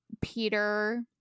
Peter